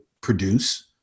produce